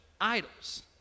idols